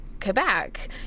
Quebec